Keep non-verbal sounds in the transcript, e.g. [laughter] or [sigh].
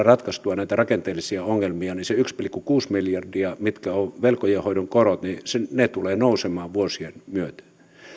[unintelligible] ratkaistua näitä rakenteellisia ongelmia se yksi pilkku kuusi miljardia joka on velkojen hoidon korko tulee nousemaan vuosien myötä